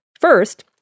First